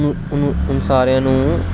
उनें सारेआं नूं